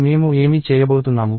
మేము ఏమి చేయబోతున్నాము